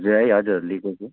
हजुर है हजुर लिएको छु